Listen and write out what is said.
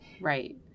Right